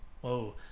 Whoa